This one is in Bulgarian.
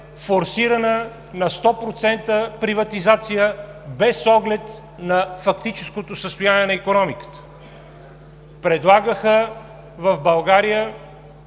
форсирана на сто процента приватизация, без оглед на фактическото състояние на икономиката; предлагаха в България